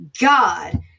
God